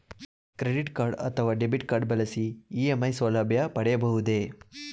Credit card ಅಥವಾ debit card ಬಳಸಿ EMI ಸೌಲಭ್ಯ ಪಡೆಯಬಹುದೇ?